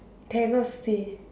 cannot say